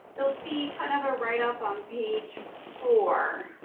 you'll see kind of a write-up on page four,